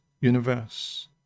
universe